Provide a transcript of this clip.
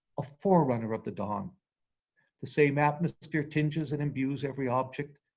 a forerunner of the dawn the same atmosphere tinges and imbues every object,